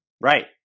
Right